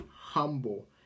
humble